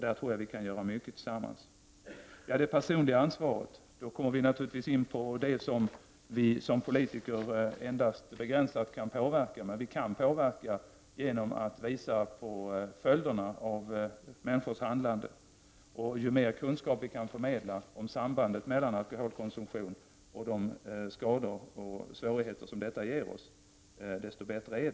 Där kan vi göra mycket tillsammans. När det sedan gäller det personliga ansvaret kommer vi naturligtvis in på ett område som vi politiker endast begränsat kan påverka. Men vi kan påverka genom att visa på följderna av människors handlande. Ju mer kunskap vi kan förmedla om sambandet mellan alkoholkonsumtion och de skador och svårigheter som detta ger desto bättre.